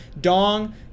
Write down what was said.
Dong